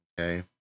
okay